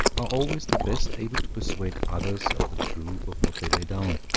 are always the best able to persuade others of the truth of what they lay down,